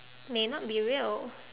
may not be real